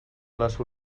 les